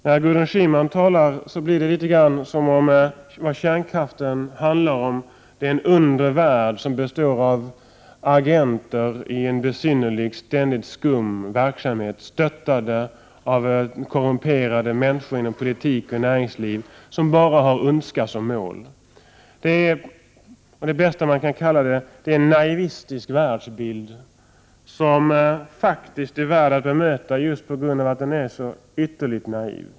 När Gudrun Schyman talar om kärnkraften framstår det hela som en undre värld som består av agenter i en besynnerlig och ständigt skum verksamhet, stöttade av korrumperade människor inom politik och näringsliv som bara har ondska som mål. Det bästa man kan kalla detta är en naivistisk världsbild, som faktiskt är värd att bemöta just på grund av att den är så ytterligt naiv.